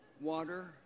water